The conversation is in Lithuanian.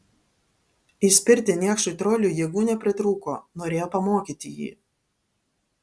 įspirti niekšui troliui jėgų nepritrūko norėjo pamokyti jį